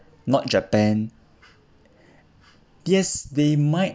not japan yes they might